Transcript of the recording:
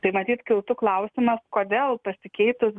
tai matyt kiltų klausimas kodėl pasikeitus